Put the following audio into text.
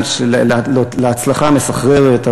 להצלחה המסחררת,